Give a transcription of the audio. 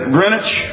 Greenwich